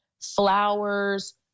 flowers